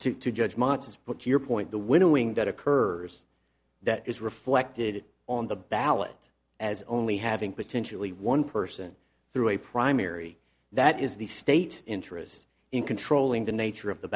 g to judge motss put your point the winnowing that occurs that is reflected on the ballot as only having potentially one person through a primary that is the state interest in controlling the nature of the